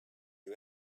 you